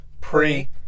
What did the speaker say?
Pre